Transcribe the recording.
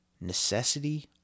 necessity